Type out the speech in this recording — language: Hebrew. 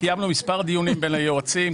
קיימנו מספר דיונים בין היועצים.